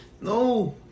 No